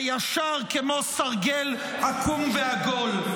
הישר כמו סרגל עקום ועגול.